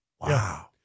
Wow